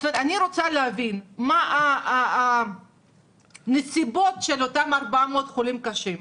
אני רוצה להבין מה הנסיבות של אותם 400 חולים קשים,